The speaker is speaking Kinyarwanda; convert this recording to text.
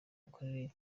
mikorere